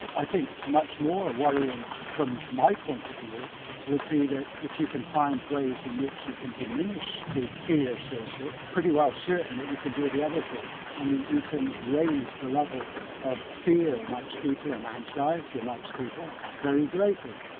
i think much more worrying from my point of view would be that if you can find ways in which you can diminish the fear circuit, pretty well certainly and you can do the other thing and you you can raise the level of fear amongst people and anxiety amongst people very greatly.